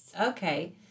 Okay